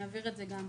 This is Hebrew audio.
אעביר את זה גם.